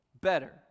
better